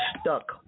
stuck